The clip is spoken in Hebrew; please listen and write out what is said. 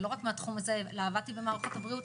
ולא רק מהתחום הזה אלא עבדתי במערכות הבריאות,